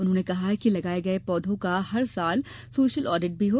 उन्होंने कहा कि लगाये गये पौधों का हर साल सोशल आडिट भी हो